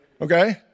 Okay